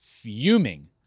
fuming